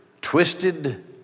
twisted